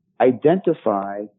identify